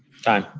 time.